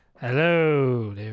Hello